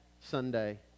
Sunday